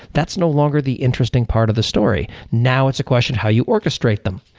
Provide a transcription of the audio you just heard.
that's no longer the interesting part of the story. now it's a question how you orchestrate them.